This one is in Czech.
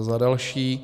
Za další.